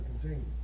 continue